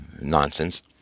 nonsense